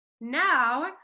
now